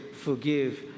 forgive